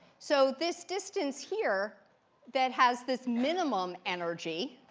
so this distance here that has this minimum energy